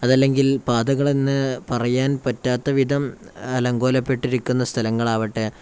അതുമല്ലെങ്കിൽ പാതകളെന്ന് പറയാൻ പറ്റാത്ത വിധം അലങ്കോലപ്പെട്ടിരിക്കുന്ന സ്ഥലങ്ങളാകട്ടെ